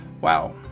Wow